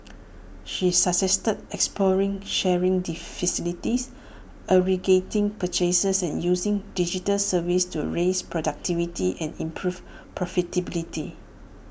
she suggested exploring sharing facilities aggregating purchases and using digital services to raise productivity and improve profitability